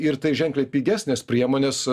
ir tai ženkliai pigesnės priemonės